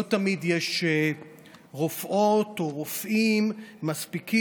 לא תמיד יש רופאות או רופאים מספיקים.